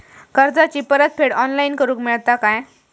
कर्जाची परत फेड ऑनलाइन करूक मेलता काय?